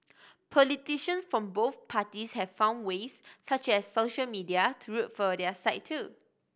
politicians from both parties have found ways such as social media to root for their side too